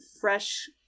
fresh